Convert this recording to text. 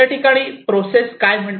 या ठिकाणी प्रोसेस काय म्हणते